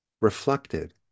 reflected